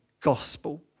gospel